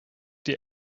die